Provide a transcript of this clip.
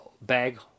bag